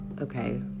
okay